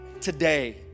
today